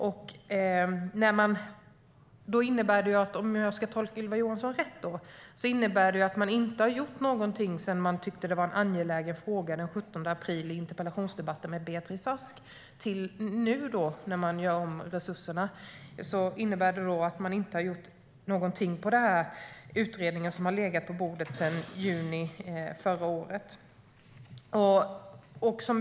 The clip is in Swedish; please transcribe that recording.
Om jag ska tolka Ylva Johansson rätt innebär det att man inte har gjort någonting sedan man tyckte att det var en angelägen fråga den 17 april i interpellationsdebatten med Beatrice Ask fram till nu när man gör om resurserna. Det innebär att man inte har gjort någonting med den utredning som har legat på bordet sedan i juni förra året.